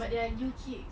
but there are new kids